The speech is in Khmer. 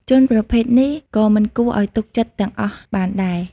ជនប្រភេទនេះ ក៏មិនគួរឲ្យទុកចិត្តទាំងអស់បានទេ ។